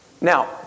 Now